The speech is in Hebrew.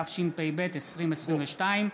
התשפ"ב 2022,